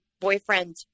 Boyfriend